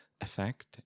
effect